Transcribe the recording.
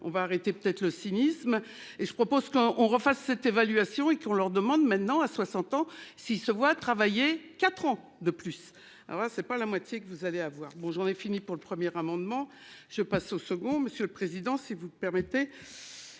on va arrêter peut-être le cynisme et je propose qu'on refasse cette évaluation et qu'on leur demande maintenant à 60 ans s'il se voit travailler 4 ans de plus. Ah ouais c'est pas la moitié que vous allez avoir bon j'en ai fini pour le premier amendement je passe au second. Monsieur le président, si vous permettez.